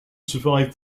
survived